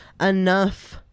enough